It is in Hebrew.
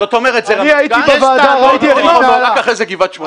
זאת אומרת זה רמת גן ורק אחרי זה גבעת שמואל.